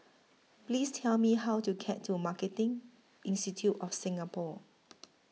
Please Tell Me How to get to Marketing Institute of Singapore